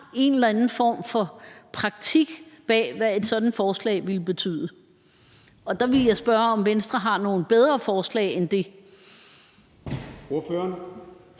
en eller anden form for praktisk grundlag for, hvad et sådant forslag ville betyde, på. Og der ville jeg spørge, om Venstre har nogle bedre forslag end det.